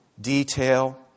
detail